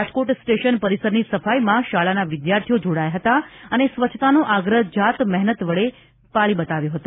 Rajkot station પરિસરની સફાઇમાં શાળાના વિદ્યાર્થીઓ જોડાયા હતા અને સ્વચ્છતાનો આગ્રહ જાત મહેનત વડે પાળી બતાવ્યો હતો